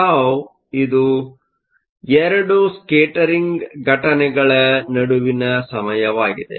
ಟೌτ ಇದು 2 ಸ್ಕೇಟರಿಂಗ್ ಘಟನೆಗಳ ನಡುವಿನ ಸಮಯವಾಗಿದೆ